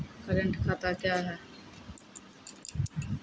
Current खाता क्या हैं?